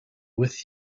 with